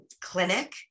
clinic